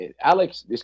Alex